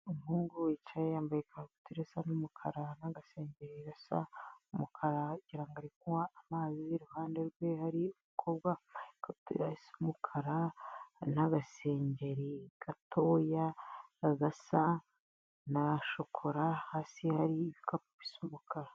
Umuhungu wicaye yambaye ikabutura isa n'umukara n'agasengeri gasa umukara, ngira ngo ari kunywa amazi, iruhande rwe hari umukobwa wambaye ikabutura isa umukara na'agasengeri gatoya gasa na shokora, hasi hari ibikapu bisa umukara.